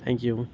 thank you